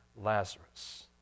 Lazarus